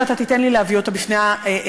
ואתה תיתן לי להביא אותה בפני המליאה.